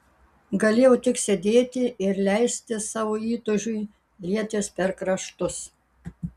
galėjau tik sėdėti ir leisti savo įtūžiui lietis per kraštus